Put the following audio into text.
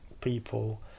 people